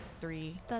three